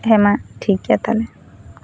ᱦᱮᱸ ᱢᱟ ᱴᱷᱤᱠ ᱛᱟᱦᱚᱞᱮ